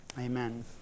Amen